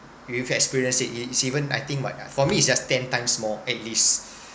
you you've had experienced it it's even I think like for me it's just ten times more at least